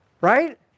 Right